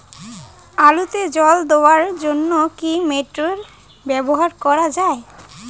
আলুতে জল দেওয়ার জন্য কি মোটর ব্যবহার করা যায়?